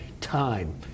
Time